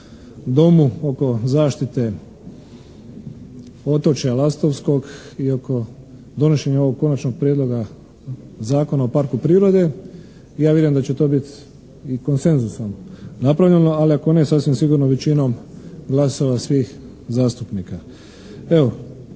Domu oko zaštite otočja Lastovskog i oko donošenja ovog Konačnog prijedloga Zakona o parku prirode. Ja vjerujem da će to biti i konsenzusom napravljeno, ali ako ne, sasvim sigurno većinom glasova svih zastupnika.